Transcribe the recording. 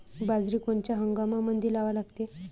बाजरी कोनच्या हंगामामंदी लावा लागते?